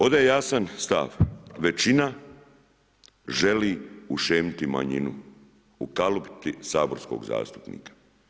Ovdje je jasan stav, većina želi ušemiti manjinu, ukalupiti saborskog zastupnika.